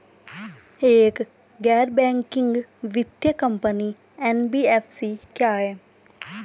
एक गैर बैंकिंग वित्तीय कंपनी एन.बी.एफ.सी क्या है?